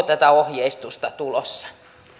tätä ohjeistusta tulossa